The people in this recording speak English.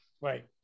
Right